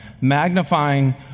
magnifying